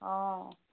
অঁ